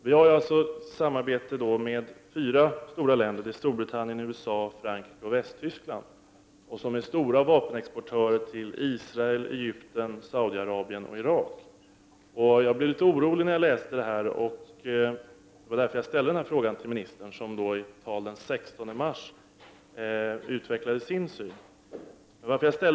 Vi har samarbete med fyra stora länder — Storbritannien, USA, Frankrike och Västtyskland — vilka är stora vapenexportörer till Israel, Egypten, Saudiarabien och Irak. Jag blev litet orolig när jag läste det som stod i utredningen, och det var därför som jag ställde den här frågan till ministern, som i ett tal den 16 mars utvecklade sin syn på detta.